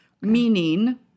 meaning